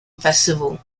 festival